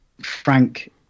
Frank